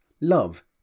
love